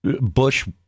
Bush